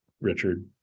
richard